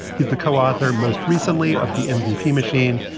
he's the co-author most recently of the mbp machine.